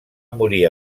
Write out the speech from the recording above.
morir